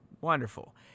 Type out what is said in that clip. wonderful